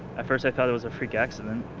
at first, i thought it was a freak accident,